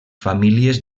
famílies